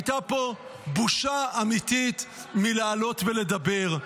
הייתה פה בושה אמיתית מלעלות ולדבר.